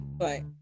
Right